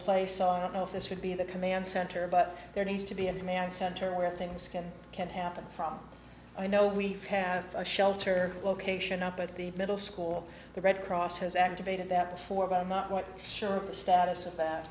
place so i don't know if this would be the command center but there needs to be a command center where things can can't happen from i know we have a shelter location up at the middle school the red cross has activated that for about i'm not what sure of the status of that